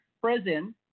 present